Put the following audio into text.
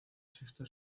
sexto